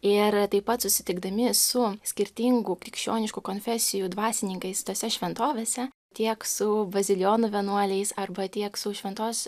ir taip pat susitikdami su skirtingų krikščioniškų konfesijų dvasininkais tose šventovėse tiek su bazilijonų vienuoliais arba tiek su šventos